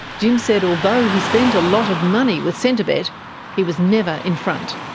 jim said although he spent a lot of money with centrebet, he was never in front.